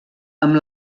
amb